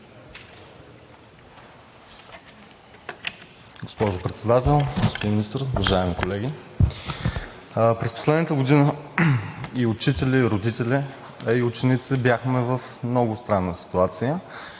Госпожо Председател, господин Министър, уважаеми колеги! През последната година и учители, и родители, а и ученици, бяхме в много странна ситуация.